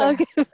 Okay